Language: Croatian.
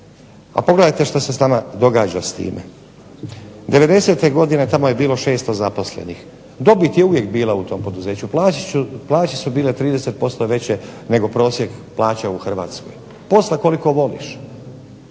A pogledajte šta se s nama događa s time, '90.godine tamo je bilo 600 zaposlenih, dobit je uvijek bila u tom poduzeću, plaće su bile 30% veće nego prosjek plaća u Hrvatskoj, posla koliko voliš.